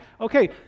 Okay